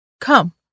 Come